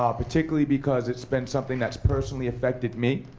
um particularly because it's been something that's personally affected me.